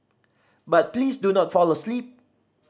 but please do not fall asleep